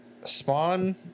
spawn